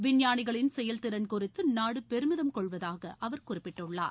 விஞ்ஞானிகளின் செயல்திறன் குறித்து நாடு பெருமிதம் கொள்வதாக அவர் குறிப்பிட்டுள்ளார்